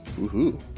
Woohoo